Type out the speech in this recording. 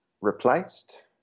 replaced